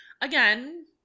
again